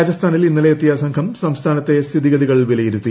രാജസ്ഥാനിൽ ഇന്നലെ എത്തിയ സംഘം സംസ്ഥാനത്തെ സ്ഥിതിഗതികൾ വിലയിരുത്തി